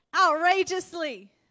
outrageously